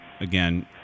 again